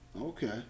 Okay